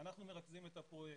אנחנו מרכזים את הפרויקטים,